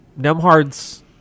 Nemhard's